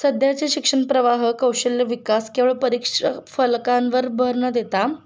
सध्याचे शिक्षणप्रवाह कौशल्यविकास केवळ परीक्षा फलकांवर भर न देता